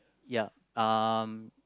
ya um